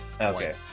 Okay